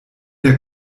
der